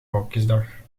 rokjesdag